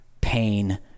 pain